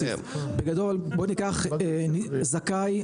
בגדול בוא ניקח זכאי,